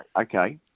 okay